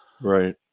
Right